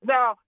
Now